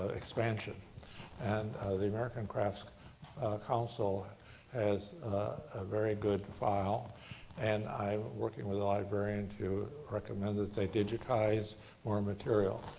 expansion and the american crafts council has a very good file and i'm working with a librarian to recommend that they digitize more material.